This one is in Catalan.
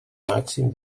màxim